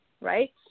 right